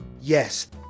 Yes